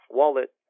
wallet